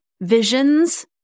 visions